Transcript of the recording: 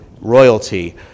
royalty